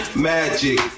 Magic